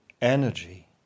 Energy